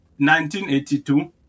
1982